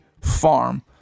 Farm